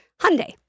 Hyundai